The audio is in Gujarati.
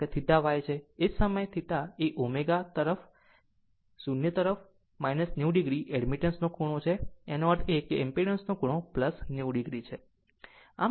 કારણ કે આ θ Y છે તે જ સમયે જ્યારે ω એ 0 તરફ 90 o એડમિટન્સ ના ખૂણો છે તેનો અર્થ એ કે ઈમ્પીડન્સ નો ખૂણો 90 o છે